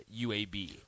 UAB